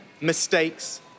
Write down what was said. mistakes